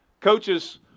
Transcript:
Coaches